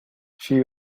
she